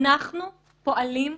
אנחנו פועלים,